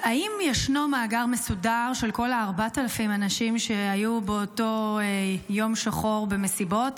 האם ישנו מאגר מסודר של כל ה-4,000 אנשים שהיו באותו יום שחור במסיבות?